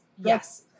Yes